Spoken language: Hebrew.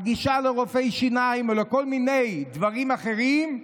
הגישה לרופאי שיניים או לכל מיני דברים אחרים,